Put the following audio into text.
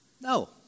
No